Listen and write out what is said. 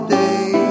day